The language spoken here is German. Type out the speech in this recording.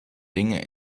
dinge